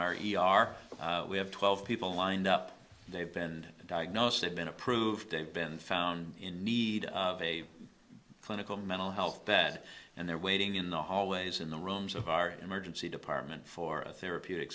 our we have twelve people lined up they've been diagnosed they've been approved they've been found in need of a clinical mental health that and they're waiting in the hallways in the rooms of our emergency department for a therapeutic